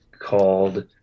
called